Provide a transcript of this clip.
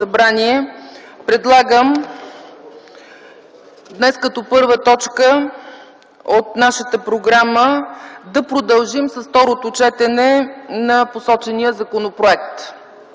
предлагам днес като първа точка от нашата програма да продължим с второто четене на посочения законопроект.